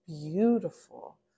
beautiful